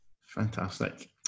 Fantastic